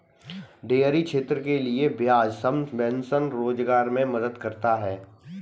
dairy क्षेत्र के लिये ब्याज सबवेंशन रोजगार मे मदद करता है